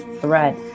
threat